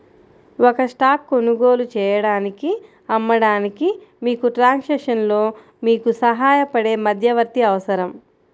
ఒక స్టాక్ కొనుగోలు చేయడానికి, అమ్మడానికి, మీకు ట్రాన్సాక్షన్లో మీకు సహాయపడే మధ్యవర్తి అవసరం